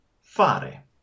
Fare